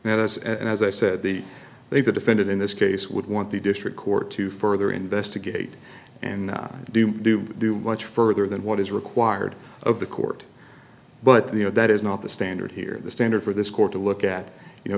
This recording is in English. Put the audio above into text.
that's and as i said the they the defendant in this case would want the district court to further investigate and do do do watch further than what is required of the court but the no that is not the standard here the standard for this court to look at you know